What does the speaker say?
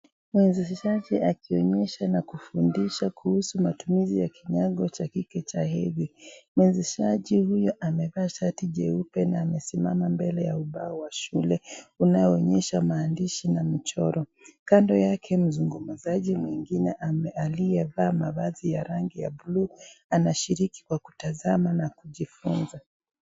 Mwanzilishaji akionyesha na kufundisha kuhusu matumizi ya kinyago cha kike cha hedhi. Mwanzishaji huyu ameva shati jeupe na amesimama mbele ya ubao wa shule unaoonyesha maandishi na michoro. Kando yake mzungumzaji mwengine aliyevaa mavazi ya rangi ya buluu anashiriki kwa kutazama na kujifuza.